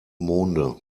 monde